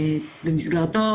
במסגרתו,